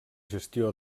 gestió